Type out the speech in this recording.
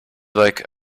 like